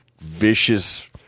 vicious